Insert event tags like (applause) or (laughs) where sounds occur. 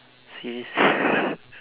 serious (laughs)